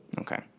Okay